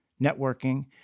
networking